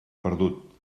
perdut